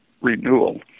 renewal